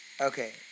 Okay